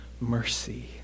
mercy